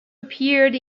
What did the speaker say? appeared